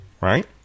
Right